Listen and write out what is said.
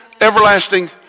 everlasting